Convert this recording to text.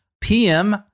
PM